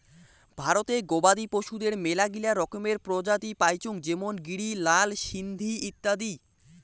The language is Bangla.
ভারতে গবাদি পশুদের মেলাগিলা রকমের প্রজাতি পাইচুঙ যেমন গিরি, লাল সিন্ধি ইত্যাদি